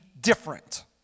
different